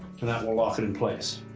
and that will lock it in place.